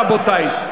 רבותי,